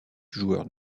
joueur